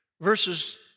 verses